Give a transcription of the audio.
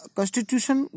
Constitution